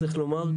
צריך לומר,